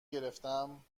گرفتم